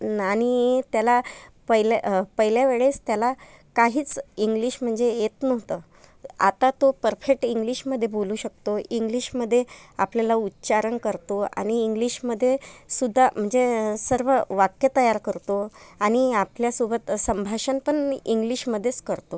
आणि त्याला पहिलं पहिल्या वेळेस त्याला काहीच इंग्लिश म्हणजे येत नव्हतं आता तो परफेट इंग्लिशमध्ये बोलू शकतो इंग्लिशमध्ये आपल्याला उच्चारण करतो आणि इंग्लिशमध्ये सुद्धा म्हणजे सर्व वाक्य तयार करतो आणि आपल्यासोबत संभाषण पण इंग्लिशमध्येच करतो